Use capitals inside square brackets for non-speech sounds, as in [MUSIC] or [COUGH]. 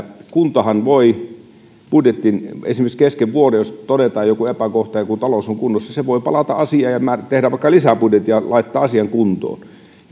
[UNINTELLIGIBLE] kuntahan voi esimerkiksi kesken vuoden jos todetaan joku epäkohta ja talous on kunnossa palata asiaan ja tehdä vaikka lisäbudjetin ja laittaa asian kuntoon